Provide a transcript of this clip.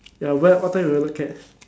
ya where what time would you look at